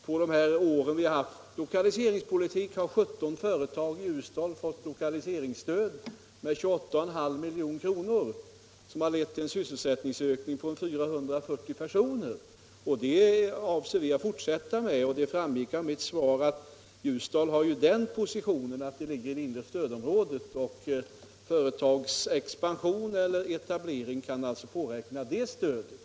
Under de år som vi har bedrivit lokaliseringspolitik har 17 företag i Ljusdal fått lokaliseringsstöd med 28,5 milj.kr. vilket har lett till en sysselsättningsökning på 440 personer. Den verksamheten är det vår avsikt att fortsätta med. Ljusdal ligger ju i det inre stödområdet, och som framgick av mitt svar kan man vid företagsetableringar påräkna det stöd som utgår i det området.